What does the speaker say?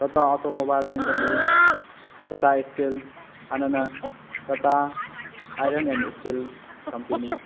Tata automobiles ꯂꯤꯡꯈꯠꯂꯤ Tata steel ꯍꯥꯟꯅꯅ Tata iron and steel company